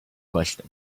question